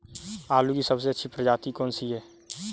आलू की सबसे अच्छी प्रजाति कौन सी है?